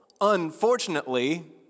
Unfortunately